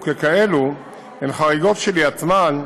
וככאלו הן חריגות כשלעצמן,